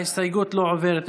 ההסתייגות לא עוברת.